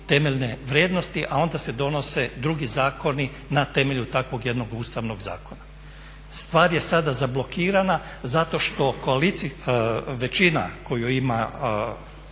temeljne vrijednosti, a onda se donose drugi zakoni na temelju jednog takvog ustavnog zakona. Stvar je sada zablokirana zato što većina koju ima